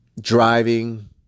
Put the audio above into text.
driving